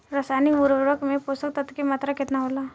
रसायनिक उर्वरक मे पोषक तत्व के मात्रा केतना होला?